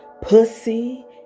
pussy